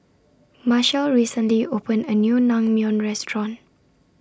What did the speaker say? Marshal recently opened A New Naengmyeon Restaurant